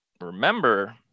remember